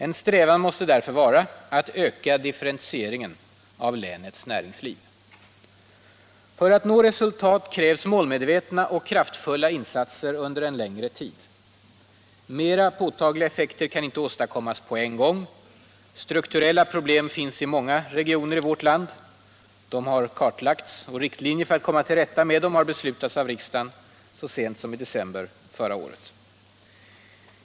En strävan måste därför vara att öka differentieringen av länets näringsliv. För att nå resultat krävs målmedvetna och kraftfulla insatser under en längre tid. Mera påtagliga effekter kan inte åstadkommas på en gång. Strukturella problem finns i många regioner i vårt land. De har kartlagts, och riktlinjer för att komma till rätta med dem har beslutats av riksdagen så sent som i december förra året.